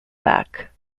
back